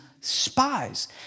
spies